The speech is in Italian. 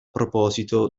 proposito